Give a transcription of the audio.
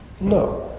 No